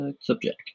Subject